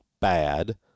bad